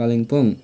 Kalimpong